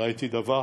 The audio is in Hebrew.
ראיתי דבר